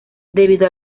debido